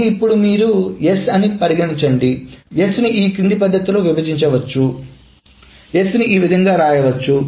ఇది ఇప్పుడు మీ S అని పరిగణించండి S ను ఈ క్రింది పద్ధతిలో విభజించవచ్చు S ని లా వ్రాయవచ్చు